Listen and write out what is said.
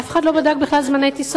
אף אחד בכלל לא בדק זמני טיסות.